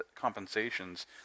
compensations